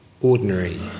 ordinary